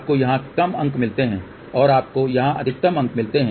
आपको यहां कम अंक मिलते हैं और आपको यहां अधिकतम अंक मिलते हैं